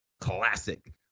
Classic